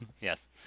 Yes